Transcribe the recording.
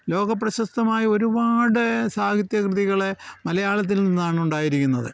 ലോകപ്രശസ്തമായ ഒരുപാട് സാഹിത്യ കൃതികൾ മലയാളത്തിൽ നിന്നാണ് ഉണ്ടായിരിക്കുന്നത്